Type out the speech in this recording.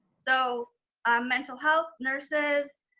so mental health, nurses.